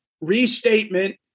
restatement